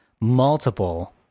multiple